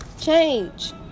change